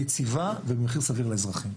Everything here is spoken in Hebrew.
יציבה, ובמחיר סביר לאזרחים.